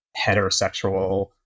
heterosexual